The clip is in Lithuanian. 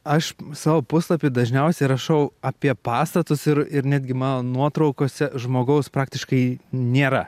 aš savo puslapy dažniausiai rašau apie pastatus ir ir netgi man nuotraukose žmogaus praktiškai nėra